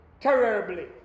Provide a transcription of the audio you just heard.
terribly